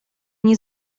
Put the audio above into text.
nie